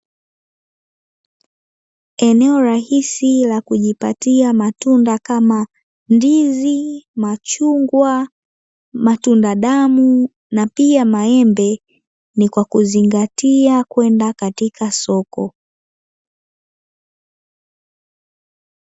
Eneo rahisi la kujipatia matunda kama ndizi, machungwa, matunda damu na pia maembe; ni kwa kuzingatia kwenda katika soko.